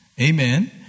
Amen